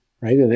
right